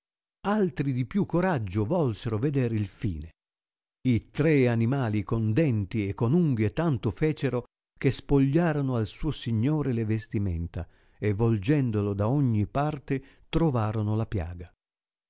altri di più coraggio volsero vedere il fine i tre animali con denti e con unghie tanto fecero che spogliarono al suo signore le vestimenta e volgendolo da ogni parte trovarono la piaga